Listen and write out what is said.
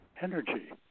energy